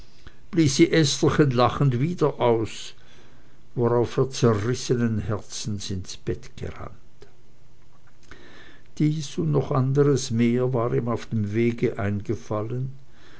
estherchen lachend wieder aus worauf er zerrissenen herzens ins bett gerannt dies und noch anderes war ihm auf dem wege eingefallen